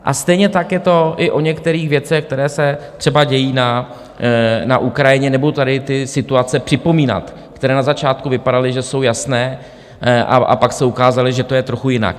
A stejně tak je to i o některých věcech, které se třeba dějí na Ukrajině, nebudu tady ty situace připomínat, které na začátku vypadaly, že jsou jasné, a pak se ukázalo, že to je trochu jinak.